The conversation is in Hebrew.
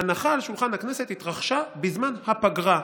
ההנחה על שולחן הכנסת התרחשה בזמן הפגרה.